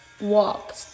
walk